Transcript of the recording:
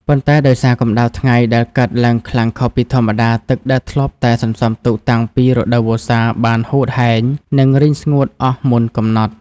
ប៉ុន្តែដោយសារកម្ដៅថ្ងៃដែលកើនឡើងខ្លាំងខុសពីធម្មតា ទឹកដែលធ្លាប់តែសន្សំទុកតាំងពីរដូវវស្សា បានហួតហែង និងរីងស្ងួតអស់មុនកំណត់។